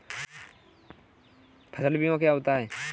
फसल बीमा क्या होता है?